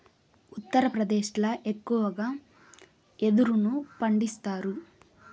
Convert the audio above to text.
ఉత్తరప్రదేశ్ ల ఎక్కువగా యెదురును పండిస్తాండారు